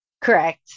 Correct